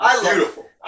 Beautiful